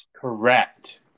Correct